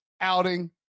outing